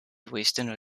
western